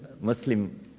Muslim